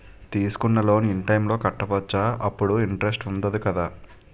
తీసుకున్న loan in time లో కట్టవచ్చ? అప్పుడు ఇంటరెస్ట్ వుందదు కదా?